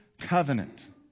covenant